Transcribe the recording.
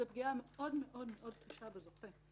זאת פגיעה מאוד מאוד קשה בזוכה.